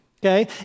Okay